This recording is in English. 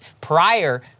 prior